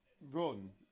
run